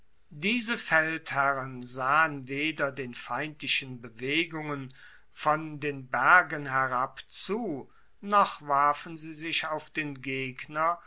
diese feldherren sahen weder den feindlichen bewegungen noch den bergen herab zu noch warfen sie sich auf den gegner